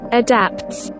adapts